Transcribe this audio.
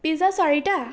pizza চাৰিটা